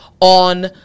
on